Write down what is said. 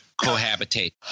cohabitate